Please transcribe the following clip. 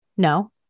No